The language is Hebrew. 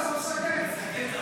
לסכם.